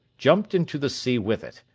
jumped into the sea with it,